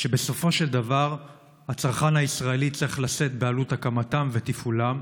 שבסופו של דבר הצרכן הישראלי צריך לשאת בעלות הקמתם ותפעולם,